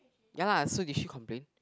ya lah so did she complain